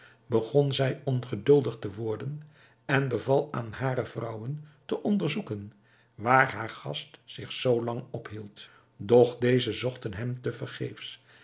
begon zij ongeduldig te worden en beval aan hare vrouwen te onderzoeken waar haar gast zich zoo lang ophield doch deze zochten hem